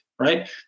right